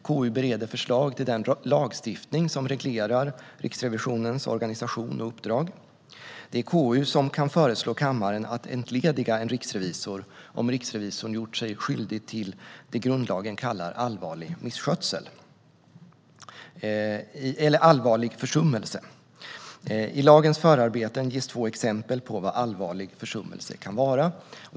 KU bereder förslag till den lagstiftning som reglerar Riksrevisionens organisation och uppdrag. Det är KU som kan föreslå kammaren att entlediga en riksrevisor, om riksrevisorn gjort sig skyldig till det grundlagen kallar allvarlig försummelse. I lagens förarbeten ges två exempel på vad allvarlig försummelse kan vara.